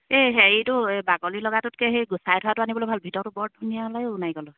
এই হেৰিটো বাকলি লগাটোতকে সেই গুচাই থোৱাটো আনিবলে ভাল ভিতৰটো বৰ ধুনীয়া ওলায় অ নাৰিকলৰ